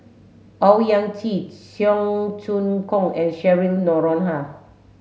Owyang Chi Cheong Choong Kong and Cheryl Noronha